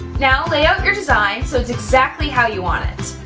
now lay out your design so it's exactly how you want it.